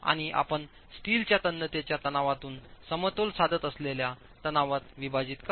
आणि आपण स्टीलच्या तन्यतेच्या तणावातून समतोल साधत असलेल्या तणावात विभाजित करा